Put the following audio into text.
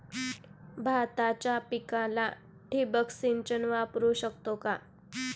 भाताच्या पिकाला ठिबक सिंचन वापरू शकतो का?